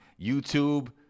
YouTube